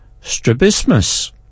strabismus